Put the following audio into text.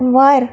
वर